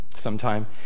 sometime